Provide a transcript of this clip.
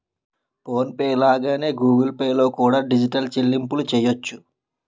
phone pay లాగానే Google Pay లో కూడా డిజిటల్ చెల్లింపులు చెయ్యొచ్చు